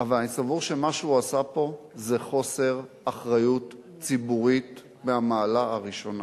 אבל אני סבור שמה שהוא עשה פה זה חוסר אחריות ציבורית מהמעלה הראשונה.